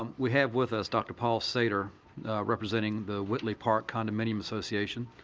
um we have with us dr. paul seder representing the whitley park condominium association,